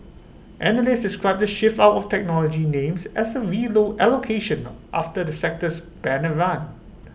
analysts described the shift out of technology names as A V low allocation after the sector's banner run